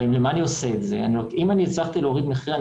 אם הצלחתי להוריד מחירים,